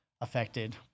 affected